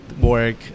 work